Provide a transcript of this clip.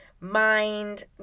mind